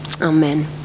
Amen